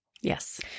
Yes